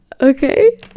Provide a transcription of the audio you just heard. Okay